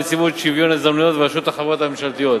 נציבות שוויון הזדמנויות ורשות החברות הממשלתיות.